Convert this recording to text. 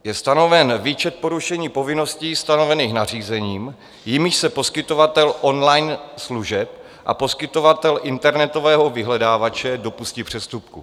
Je stanoven výčet porušení povinností stanovených nařízením, jimiž se poskytovatel online služeb a poskytovatel internetového vyhledávače dopustí přestupku.